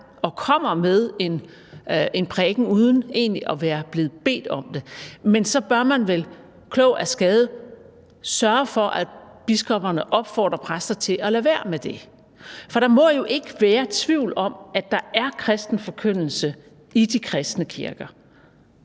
og kommer med en prædiken uden egentlig at være blevet bedt om det, men så bør man vel klog af skade sørge for, at biskopperne opfordrer præster til at lade være med det. For der må jo ikke være tvivl om, at der er kristen forkyndelse i de kristne kirker,